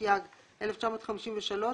התשי"ג 1953,